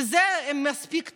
בזה הם מספיק טובים,